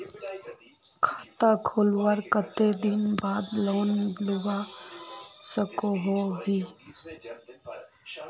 खाता खोलवार कते दिन बाद लोन लुबा सकोहो ही?